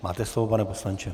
Máte slovo, pane poslanče.